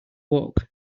walk